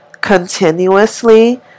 continuously